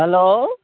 hello